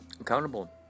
accountable